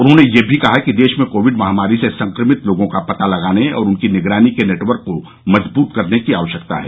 उन्होंने यह भी कहा कि देश में कोविड महामारी से संक्रमित लोगों का पता लगाने और उनकी निगरानी के नेटवर्क को मजबूत करने की आवश्यकता है